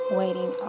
waiting